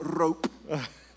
rope